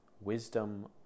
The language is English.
Wisdom